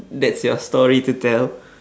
that's your story to tell